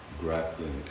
grappling